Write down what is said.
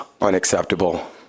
unacceptable